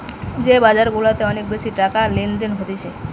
যে বাজার গুলাতে অনেক বেশি টাকার লেনদেন হতিছে